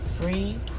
free